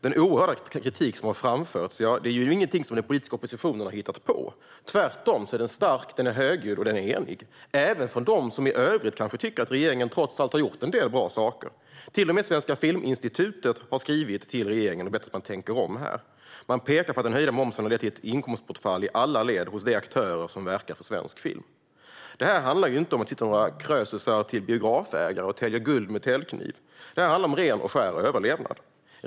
Den oerhörda kritik som har framförts är ingenting som den politiska oppositionen har hittat på - tvärtom. Den är stark, högljudd och enig, även från dem som i övrigt kanske tycker att regeringen trots allt har gjort en del bra saker. Till och med Svenska Filminstitutet har skrivit till regeringen och bett regeringen att tänka om här. Man pekar på att den höjda momsen har lett till ett inkomstbortfall i alla led hos de aktörer som verkar för svensk film. Det handlar inte om att det sitter några krösusar till biografägare som täljer guld med täljkniv. Det handlar om ren och skär överlevnad.